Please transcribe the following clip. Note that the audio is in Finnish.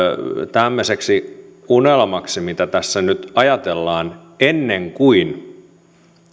tämmöiseksi unelmaksi mitä tässä nyt ajatellaan ennen kuin